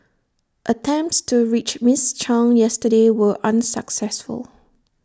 attempts to reach miss chung yesterday were unsuccessful